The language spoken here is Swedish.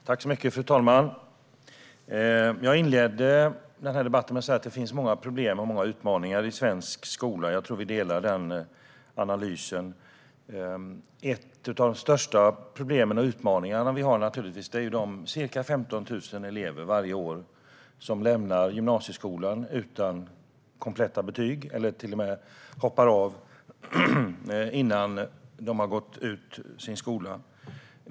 Fru talman! Jag inledde debatten med att säga att det finns många problem och många utmaningar i svensk skola. Jag tror att jag och statsrådet delar den analysen. Ett av de största problemen och en av de största utmaningarna är de ca 15 000 elever som varje år lämnar gymnasieskolan utan kompletta betyg eller som till och med hoppar av innan de har gått ut skolan.